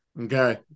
Okay